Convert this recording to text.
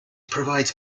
provides